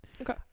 Okay